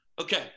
Okay